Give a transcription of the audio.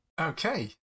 Okay